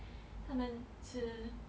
他们吃